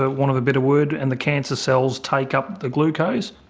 ah want of a better word, and the cancer cells take up the glucose.